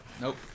Nope